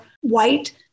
white